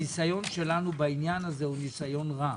הניסיון שלנו בעניין הזה הוא ניסיון רע.